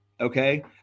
Okay